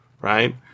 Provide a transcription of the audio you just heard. right